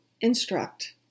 instruct